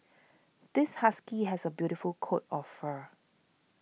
this husky has a beautiful coat of fur